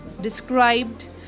described